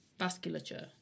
vasculature